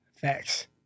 facts